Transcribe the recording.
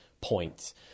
points